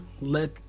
let